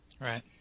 Right